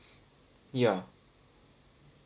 ya